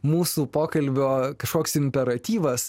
mūsų pokalbio kažkoks imperatyvas